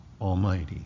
Almighty